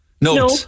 No